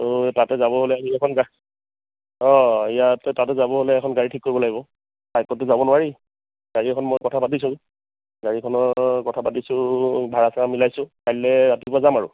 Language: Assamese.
ত' তাতে যাব অঁ ইয়াত তাতে যাব ওলাই এখন গাড়ী ঠিক কৰিব লাগিব বাইকততো যাব নোৱাৰি গাড়ী এখন মই কথা পাতিছোঁ গাড়ীখনৰ কথা পাতিছোঁ ভাড়া চাড়া মিলাইছোঁ কাইলে ৰাতিপুৱা যাম আৰু